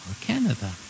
canada